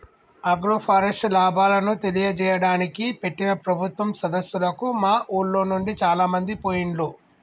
agroforest లాభాలను తెలియజేయడానికి పెట్టిన ప్రభుత్వం సదస్సులకు మా ఉర్లోనుండి చాలామంది పోయిండ్లు